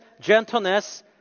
gentleness